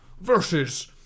versus